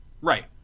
Right